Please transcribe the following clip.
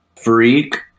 freak